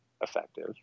effective